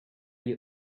you